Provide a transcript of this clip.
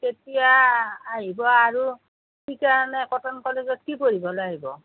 কেতিয়া আহিব আৰু কি কাৰণে কটন কলেজত কি পঢ়িবলৈ আহিব